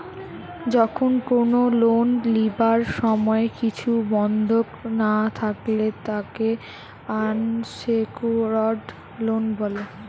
যখন কোনো লোন লিবার সময় কিছু বন্ধক না থাকলে তাকে আনসেক্যুরড লোন বলে